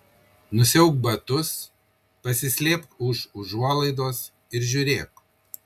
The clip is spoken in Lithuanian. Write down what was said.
nusiauk batus pasislėpk už užuolaidos ir žiūrėk